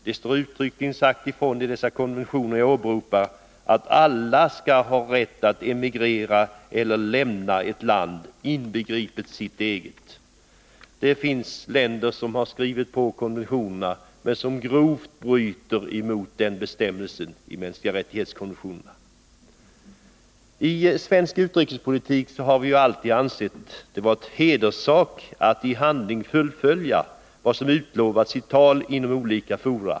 Det är uttryckligen sagt i de konventioner som jag åberopar att alla skall ha rätt att lämna eller emigrera från ett land, inbegripet sitt eget. Det finns länder som har skrivit på konventionerna om de mänskliga rättigheterna men som grovt bryter mot denna bestämmelse. I svensk utrikespolitik har vi alltid ansett det vara en hederssak att i handling fullfölja vad som utlovats i tal i olika fora.